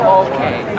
okay